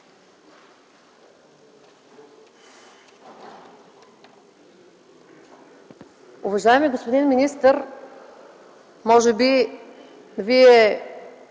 Уважаеми господин министър, може би Вие